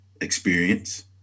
experience